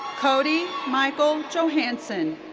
cody michael johansen.